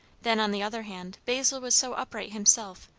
then, on the other hand, basil was so upright himself,